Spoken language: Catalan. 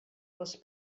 les